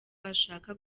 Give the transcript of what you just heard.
ashaka